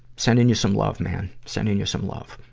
sending you some love, man. sending you some love.